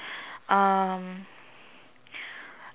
um